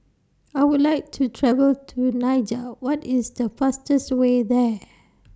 I Would like to travel to Niger What IS The fastest Way There